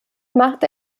machte